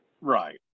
right